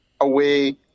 away